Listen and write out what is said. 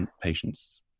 patients